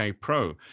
Pro